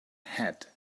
head